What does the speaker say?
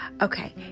Okay